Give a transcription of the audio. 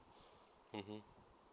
mmhmm